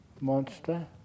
Monster